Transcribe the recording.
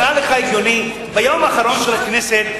נראה לך הגיוני שביום האחרון של הכנסת,